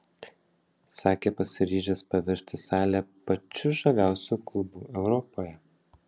sakė pasiryžęs paversti salę pačiu žaviausiu klubu europoje